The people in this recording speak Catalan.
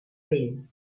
vell